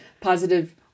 positive